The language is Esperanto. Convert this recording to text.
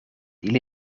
ili